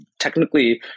technically